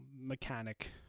mechanic